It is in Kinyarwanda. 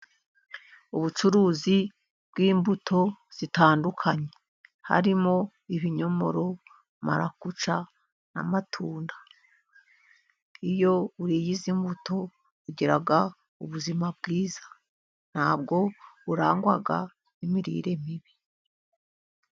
Ubucuruzi bw'imbuto zitandukanye. Harimo ibinyomoro, marakuca n'amatunda. Iyo uriye izi mbuto ugira ubuzima bwiza ntabwo burangwa n'imirire mibi.